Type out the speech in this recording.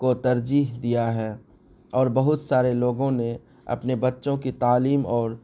کو ترجیح دیا ہے اور بہت سارے لوگوں نے اپنے بچوں کی تعلیم اور